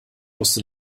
wusste